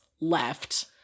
left